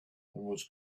was